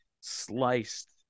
sliced